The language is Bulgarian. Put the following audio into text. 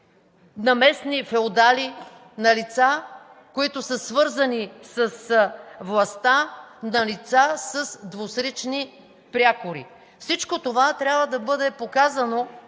на местни феодали, на лица, които са свързани с властта, на лица с двусрични прякори. Всичко това трябва да бъде показано